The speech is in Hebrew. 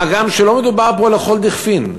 מה גם שלא מדובר פה לכל דכפין,